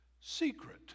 secret